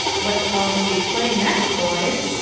what t'ell do we play next boys?